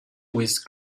with